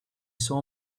saw